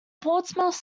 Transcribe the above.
portsmouth